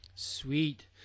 Sweet